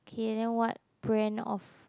okay then what brand of